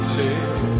live